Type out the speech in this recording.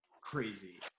crazy